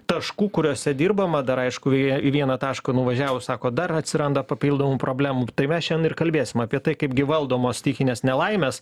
taškų kuriuose dirbama dar aišku į vieną tašką nuvažiavus sako dar atsiranda papildomų problemų tai mes šiandien ir kalbėsim apie tai kaip gi valdomos stichinės nelaimės